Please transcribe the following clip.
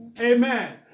Amen